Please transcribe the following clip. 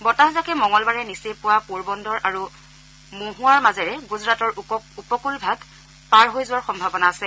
বতাহজাকে মঙলবাৰে নিচেই পুৱা পোৰবন্দৰ আৰু মহুৱাৰ মাজেৰে গুজৰাটৰ উপকুলভাগ পাৰ হোৱা যোৱাৰ সম্ভাৱনা আছে